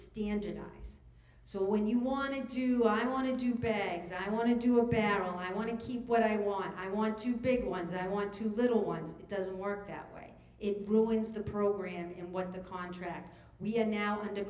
standardize so when you want to do i want to do bags i want to do a barrel i want to keep what i want i want to big ones i want to little ones it doesn't work out way it ruins the program and what the contract we have now